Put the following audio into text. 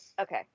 okay